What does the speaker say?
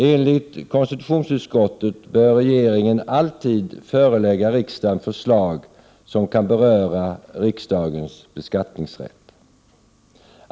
Enligt konstitutionsutskottet bör regeringen alltid förelägga riksdagen förslag som kan beröra riksdagens beskattningsrätt.